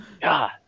God